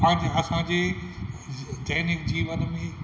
पंहिंजे असां जे दैनिक जीवन में